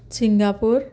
Singapore